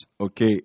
okay